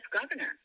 governor